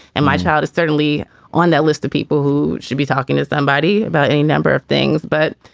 and my child is certainly on that list of people who should be talking to somebody about a number of things. but,